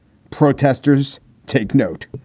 protesters take note.